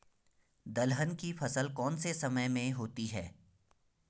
दलहन की फसल कौन से समय में होती है?